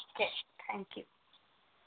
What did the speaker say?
okay thank you